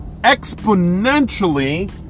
exponentially